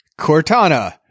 Cortana